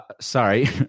Sorry